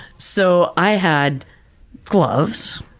so, i had gloves,